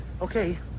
Okay